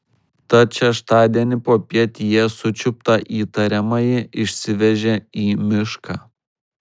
tad šeštadienį popiet jie sučiuptą įtariamąjį išsivežė į mišką